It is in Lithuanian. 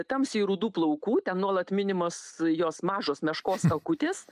tamsiai rudų plaukų ten nuolat minimos jos mažos meškos akutės